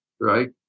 right